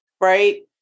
Right